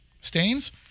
Stains